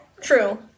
True